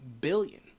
billion